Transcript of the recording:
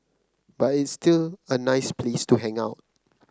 but it's still a nice place to hang out